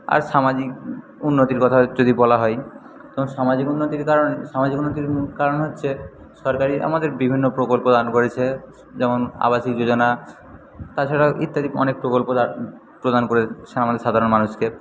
আর সামাজিক উন্নতির কথা যদি বলা হয় তো সামাজিক উন্নতির কারণে সামাজিক উন্নতির কারণ হচ্ছে সরকারি আমাদের বিভিন্ন প্রকল্প দান করেছে যেমন আবাসিক যোজনা তাছাড়াও ইত্যাদি অনেক প্রকল্প প্রদান করেছে আমাদের সাধারণ মানুষকে